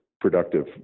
productive